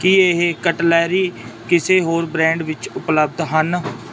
ਕੀ ਇਹ ਕਟਲਰੀ ਕਿਸੇ ਹੋਰ ਬ੍ਰਾਂਡ ਵਿੱਚ ਉਪਲਬਧ ਹਨ